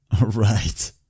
Right